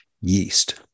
yeast